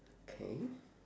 K